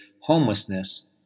homelessness